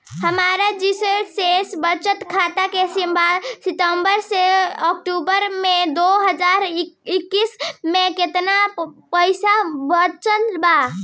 हमार जीरो शेष बचत खाता में सितंबर से अक्तूबर में दो हज़ार इक्कीस में केतना पइसा बचल बा?